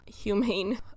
humane